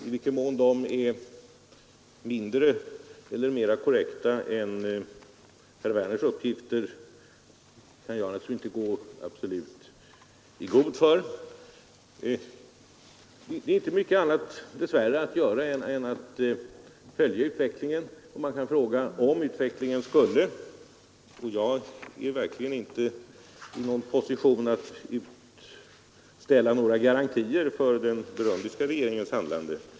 I vilken mån de är mindre eller mera korrekta än herr Werners i Malmö informationer kan jag naturligtvis inte personligen avgöra. Jag kan uttrycka en förhoppning om den kommande utvecklingen, men jag är självfallet inte i någon position att ställa några garantier för den burundiska regeringens handlande.